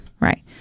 Right